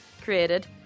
created